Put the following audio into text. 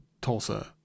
Tulsa